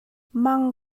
mang